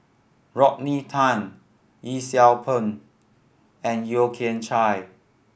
Rodney Tan Yee Siew Pun and Yeo Kian Chye